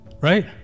right